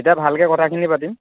তেতিয়া ভালকৈ কথাখিনি পাতিম